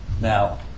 Now